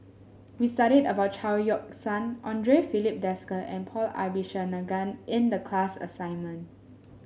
we studied about Chao Yoke San Andre Filipe Desker and Paul Abisheganaden in the class assignment